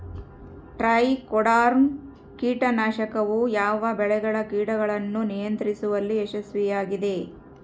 Trichoderma ಕೇಟನಾಶಕವು ಯಾವ ಬೆಳೆಗಳ ಕೇಟಗಳನ್ನು ನಿಯಂತ್ರಿಸುವಲ್ಲಿ ಯಶಸ್ವಿಯಾಗಿದೆ?